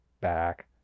back